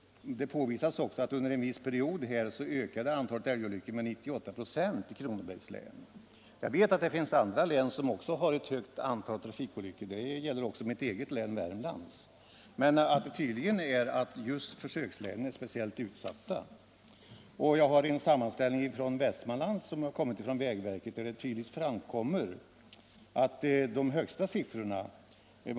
Där påvisas också att under en viss period ökade antalet älgolyckor med 98 4 i Kronobergs län. Jag vet att det finns andra län som också har ett stort antal trafikolyckor med älg — dit hör mitt eget, Värmlands län — men tydligt är att just försökslänen är speciellt utsatta. Av en sammanställning från vägverket beträffande Västmanland framgår klart när de högsta siffrorna återfinns.